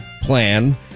plan